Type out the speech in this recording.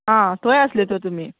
आं थोय आसले तर तुमी